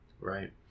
Right